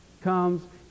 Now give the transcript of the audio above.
comes